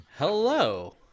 Hello